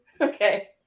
Okay